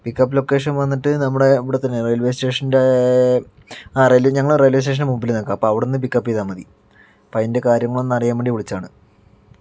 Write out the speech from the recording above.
pickup location വന്നിട്ട് നമ്മുടെ ഇവിടെത്തന്നെ റെയിൽവേ സ്റ്റേഷൻ്റെ ആ ഞങ്ങൾ റെയിൽവേ സ്റ്റേഷൻ്റെ മുൻപില് നിൽക്കാം അപ്പോൾ അവിടെ നിന്ന് പിക്കപ്പ് ചെയ്താൽ മതി അപ്പോൾ അതിൻ്റെ കാര്യങ്ങളൊന്ന് അറിയാൻ വേണ്ടി വിളിച്ചതാണ്